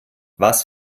was